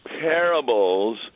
parables